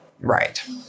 Right